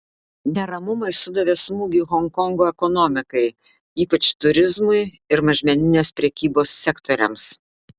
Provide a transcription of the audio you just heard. neramumai sudavė smūgį honkongo ekonomikai ypač turizmui ir mažmeninės prekybos sektoriams